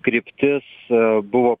kryptis buvo